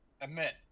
admit